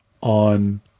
on